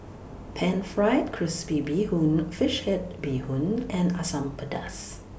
Pan Fried Crispy Bee Hoon Fish Head Bee Hoon and Asam Pedas